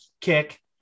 kick